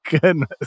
goodness